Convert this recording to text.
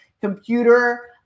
computer